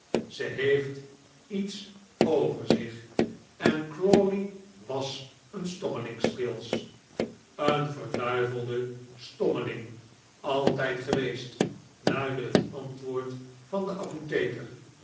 ze heeft iets over zich en crawley was een stommeling squills een vend stommeling altijd geweest luidde het antwoord van den apotheker